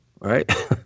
right